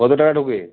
কতো টাকা ঢোকে